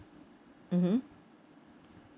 mmhmm